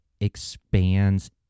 expands